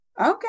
okay